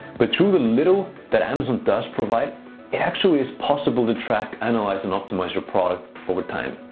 but through the little that amazon does provide, it actually is possible to track, analyze and optimize your product over time.